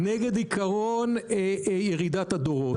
-- אני לא יודע, אני רק נגד עיקרון ירידת הדורות.